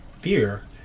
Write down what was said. fear